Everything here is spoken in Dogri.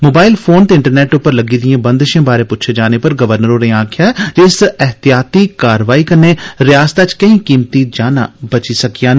मोबाइल फोन ते इंटरनेंट पर लग्गी दियां बंदर्शे बारै पुच्छे जाने पर गवर्नर होरें आक्खेया जे इस एहतियाती कारवाई कन्नै रयासतै च केंई कीमती जानां बच्ची सकियां न